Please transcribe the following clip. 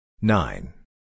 nine